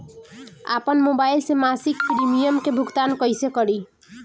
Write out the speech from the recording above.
आपन मोबाइल से मसिक प्रिमियम के भुगतान कइसे करि?